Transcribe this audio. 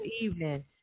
evening